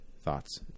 thoughts